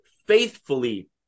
faithfully